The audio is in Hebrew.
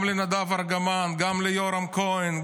גם לנדב ארגמן, גם ליורם כהן.